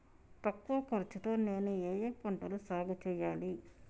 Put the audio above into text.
తక్కువ ఖర్చు తో నేను ఏ ఏ పంటలు సాగుచేయాలి?